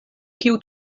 kiu